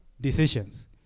decisions